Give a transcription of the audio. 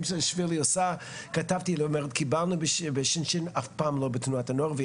היא אומרת שהם קיבלו הדרכה בשנת השירות ואף פעם לא בתנועת הנוער.